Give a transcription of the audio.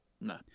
no